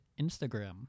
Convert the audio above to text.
Instagram